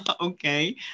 okay